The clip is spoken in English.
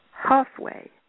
halfway